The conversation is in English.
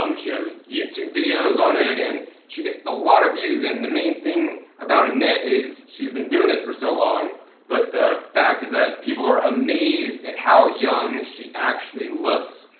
um she has youtube videos on it and she get a lot of views and the main thing about annette is she's been doing this for so long but the fact is that people are amazed at how young she actually looks.